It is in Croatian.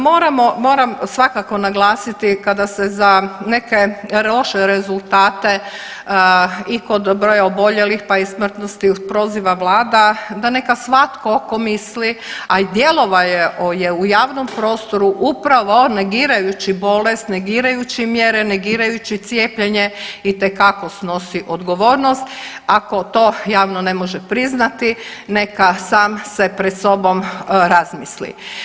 Moram svakako naglasiti kada se za neke loše rezultate i kod broja oboljelih, pa i smrtnosti proziva Vlada, da neka svatko tko misli, a djelovao je u javnom prostoru, upravo negirajući bolest, negirajući mjere, negirajući cijepljenje itekako snosi odgovornost, ako to javno ne može priznati, neka sam se pred sobom razmisli.